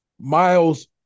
Miles